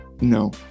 no